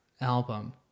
album